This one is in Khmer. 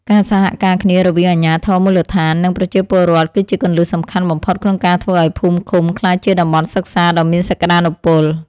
ការសហការគ្នារវាងអាជ្ញាធរមូលដ្ឋាននិងប្រជាពលរដ្ឋ គឺជាគន្លឹះសំខាន់បំផុតក្នុងការធ្វើឱ្យភូមិឃុំក្លាយជាតំបន់សិក្សាដ៏មានសក្តានុពល។